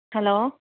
hello